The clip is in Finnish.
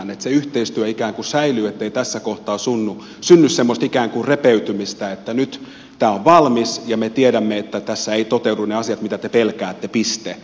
että se yhteistyö ikään kuin säilyy ettei tässä kohtaa synny semmoista ikään kuin repeytymistä että nyt tämä on valmis ja me tiedämme että tässä eivät toteudu ne asiat joita te pelkäätte piste